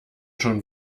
schon